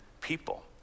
people